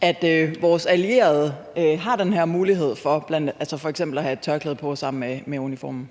at vores allierede har den her mulighed for f.eks. at have et tørklæde på sammen med uniformen?